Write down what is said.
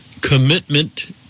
commitment